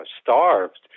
starved